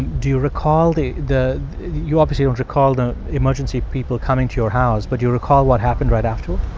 do you recall the the you, obviously, don't recall the emergency people coming to your house, but do you recall what happened right after? i